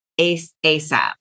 ASAP